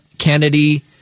Kennedy